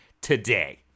today